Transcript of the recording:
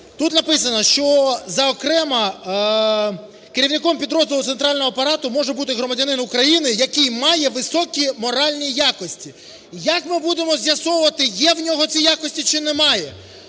Тут написано, що за окремо… Керівником підрозділу центрального апарату може бути громадянин України, який має високі моральні якості. Як ми будемо з'ясовувати є у нього ці якості чи немає?